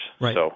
Right